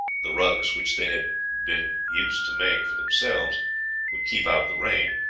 the rugs which they had been used to make for themselves would keep out the rain,